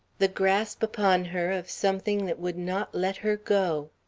the grasp upon her of something that would not let her go.